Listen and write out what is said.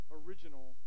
original